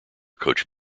coach